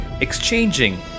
exchanging